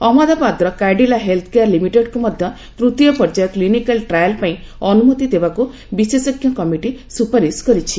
ଅହଞ୍ଚନ୍ତାବାଦର Cadila healthcare ଲିମିଟେଡ୍କୁ ମଧ୍ୟ ତୃତୀୟ ପର୍ଯ୍ୟାୟ କ୍ଲିନିକାଲ୍ ଟ୍ରାଏଲ୍ ପାଇଁ ଅନୁମତି ଦେବାକୁ ବିଶେଷଜ୍ଞ କମିଟି ସୁପାରିଶ୍ କରିଛି